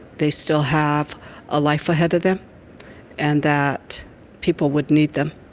they still have a life ahead of them and that people would need them.